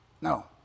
No